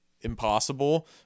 impossible